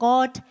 God